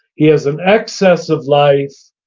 he has an excess of life,